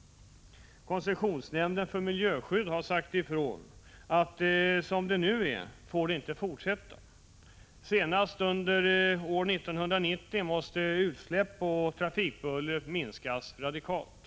Koncessionsnämnden för miljöskydd har sagt ifrån att det inte får fortsätta som det nu är. Senast under år 1990 måste utsläppen och trafikbullret minskas radikalt.